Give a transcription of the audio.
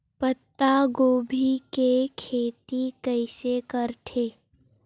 पत्तागोभी के खेती कइसे करथे?